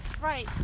Right